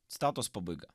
citatos pabaiga